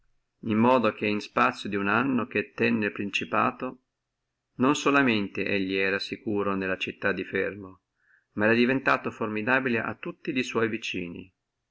in modo che in spazio duno anno che tenne el principato lui non solamente era sicuro nella città di fermo ma era diventato pauroso a tutti li sua vicini